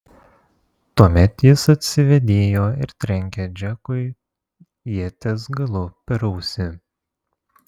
tuomet jis atsivėdėjo ir trenkė džekui ieties galu per ausį